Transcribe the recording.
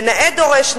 ונאה דורש,